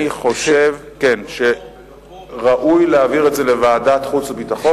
אני חושב שראוי להעביר את זה לוועדת החוץ והביטחון,